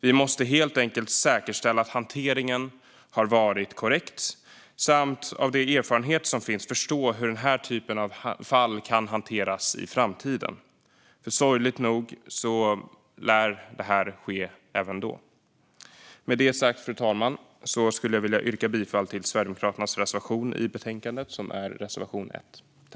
Vi måste helt enkelt säkerställa att hanteringen varit korrekt och, av de erfarenheter som finns, förstå hur den här typen av fall kan hanteras i framtiden. Sorgligt nog lär sådant här ske även då. Fru talman! Med det sagt skulle jag vilja yrka bifall till Sverigedemokraternas reservation i betänkandet, reservation 1.